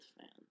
fans